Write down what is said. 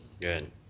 Good